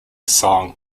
song